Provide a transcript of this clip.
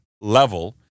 level